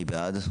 מי בעד?